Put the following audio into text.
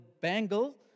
bangle